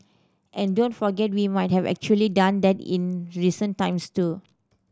and don't forget we might have actually done that in recent times too